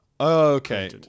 okay